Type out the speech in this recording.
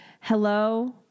Hello